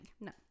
No